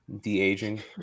De-aging